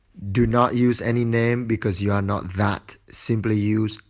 do not use any name, because you are not that. simply use,